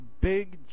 big